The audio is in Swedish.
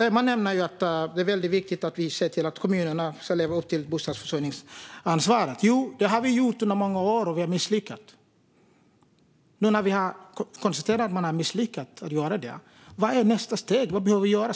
Emma nämner att det är väldigt viktigt att vi ser till att kommunerna lever upp till bostadsförsörjningsansvaret. Jo, det har vi försökt få dem att göra under många år, men vi har misslyckats. När vi nu har konstaterat att man har misslyckats att göra det, vad är då nästa steg? Vad behöver vi göra?